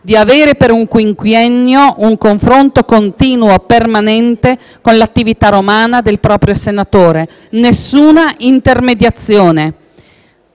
di avere per un quinquennio un confronto continuo e permanente con l'attività romana del proprio senatore. Non c'era nessuna intermediazione: